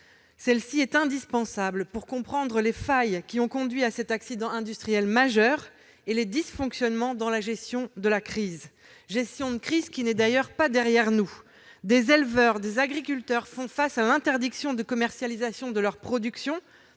Celle-ci est indispensable pour comprendre les failles qui ont conduit à cet accident industriel majeur, ainsi que les dysfonctionnements dans la gestion de la crise qui n'est pas encore derrière nous : des éleveurs, des agriculteurs font face à l'interdiction de commercialisation de leur production,